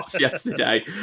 yesterday